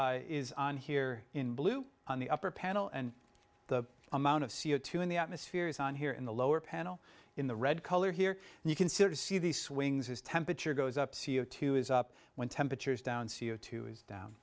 is on here in blue on the upper panel and the amount of c o two in the atmosphere is on here in the lower panel in the red color here and you consider see these swings his temperature goes up c o two is up when temperatures down c o two is down